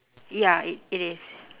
ya it it is